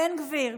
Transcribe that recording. בן גביר,